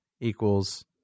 equals